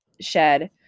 shed